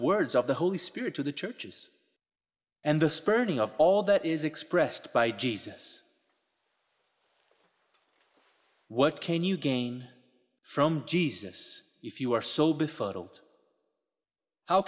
words of the holy spirit to the churches and the spurning of all that is expressed by jesus what can you gain from jesus if you are so